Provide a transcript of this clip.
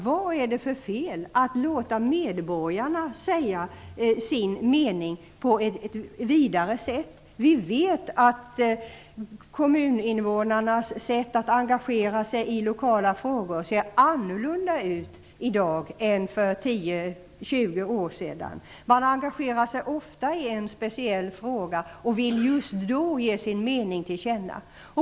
Vad är det för fel med att låta medborgarna säga sin mening på detta sätt? Vi vet att kommuninvånarnas sätt att engagera sig i lokala frågor är annorlunda i dag jämfört med för 10--20 år sedan. De engagerar sig ofta i en speciell fråga och vill ge sin mening till känna.